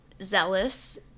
zealous